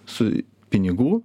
su pinigų